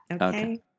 Okay